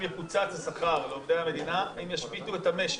יקוצץ השכר לעובדי המדינה הם ישביתו את המשק.